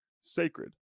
sacred